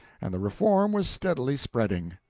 and the reform was steadily spreading.